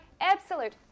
absolute